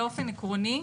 באופן עקרוני,